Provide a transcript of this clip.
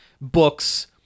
books